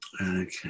Okay